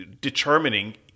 determining